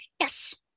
Yes